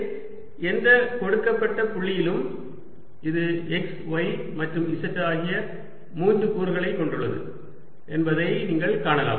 A 2xx 2yy 3zz எனவே எந்த கொடுக்கப்பட்ட புள்ளியிலும் இது x y மற்றும் z ஆகிய மூன்று கூறுகளையும் கொண்டுள்ளது என்பதை நீங்கள் காணலாம்